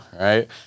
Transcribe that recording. right